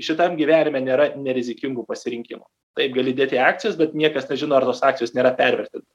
šitam gyvenime nėra nerizikingų pasirinkimų taip gali dėt į akcijas bet niekas nežino ar tos akcijos nėra pervertin